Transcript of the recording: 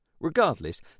Regardless